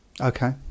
Okay